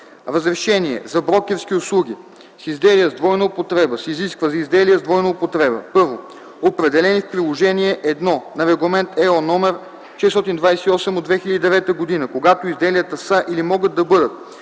Разрешение за брокерски услуги с изделия с двойна употреба се изискват за изделия с двойна употреба: 1. определени в Приложение І на Регламент (ЕО) № 428/2009, когато изделията са или могат да бъдат